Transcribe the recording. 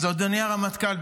אז אדוני הרמטכ"ל,